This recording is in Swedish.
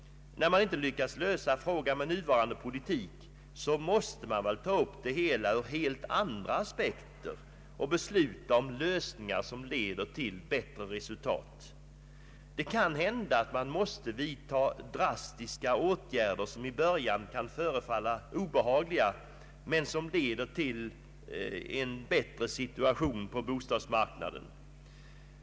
När frågan inte kunnat lösas med nuvarande politik, måste den väl tas upp ur helt andra aspekter och lösningar beslutas som leder till bättre resultat. Det kan hända att drastiska åtgärder måste vidtas som i början kan förefalla obehagliga men som leder till en bättre situation på bostadsmarknaden.